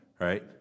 right